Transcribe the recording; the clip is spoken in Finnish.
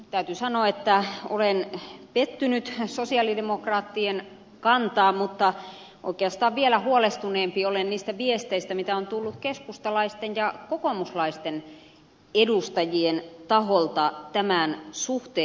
täytyy sanoa että olen pettynyt sosialidemokraattien kantaan mutta oikeastaan vielä huolestuneempi olen niistä viesteistä mitä on tullut keskustalaisten ja kokoomuslaisten edustajien taholta tämän suhteen